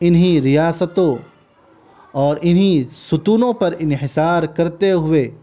انہیں ریاستوں اور انہیں ستونوں پر انحصار کرتے ہوئے